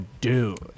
dude